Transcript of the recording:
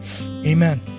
Amen